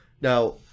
Now